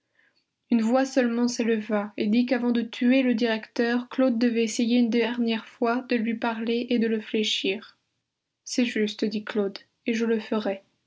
une voix seulement s'éleva et dit qu'avant de tuer le directeur claude devait essayer une dernière fois de lui parler et de le fléchir c'est juste dit claude et je le ferai